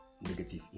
Negative